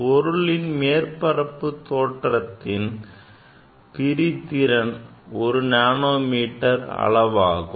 பொருளின் மேற்பரப்பு தோற்றத்தின் பிரிதிறன் ஒரு நானோமீட்டர் அளவாகும்